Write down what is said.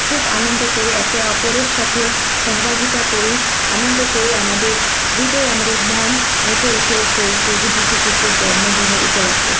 খুব আনন্দ করি একে অপরের সাথে সহযোগিতা করি আনন্দ করি আমাদের হৃদয় আমাদের মন নেচে উঠে সেই প্রভু যীশু খ্রিস্টের জন্মদিনের উপলক্ষে